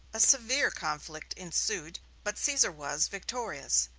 a severe conflict ensued, but caesar was victorious.